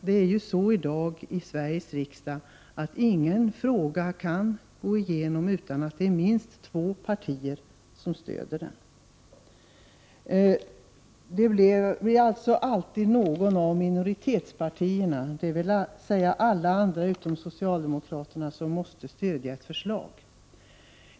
Det är i dag så i Sveriges riksdag att inte någon fråga kan gå igenom utan att minst två partier stöder den. Något av minoritetspartierna, dvs. alla utom socialdemokraterna, måste alltså stödja ett förslag.